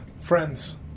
friends